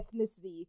ethnicity